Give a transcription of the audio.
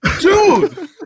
Dude